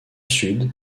sud